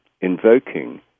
invoking